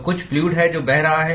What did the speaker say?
तो कुछ फ्लूअड है जो बह रहा है